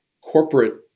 corporate